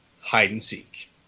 hide-and-seek